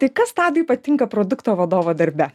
tai kas tadui patinka produkto vadovo darbe